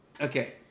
Okay